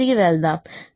కాబట్టి u2 3